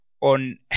On